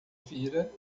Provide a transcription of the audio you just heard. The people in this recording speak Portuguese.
vira